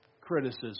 criticism